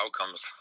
outcomes